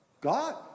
God